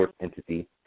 entity